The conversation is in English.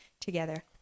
together